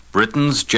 Britain's